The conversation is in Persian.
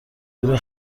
زیرا